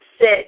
sit